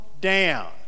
down